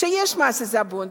שיש בהן מס עיזבון,